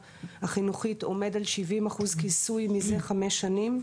החינוכית עומד על 70 אחוז כיסוי מזה חמש שנים.